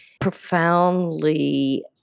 profoundly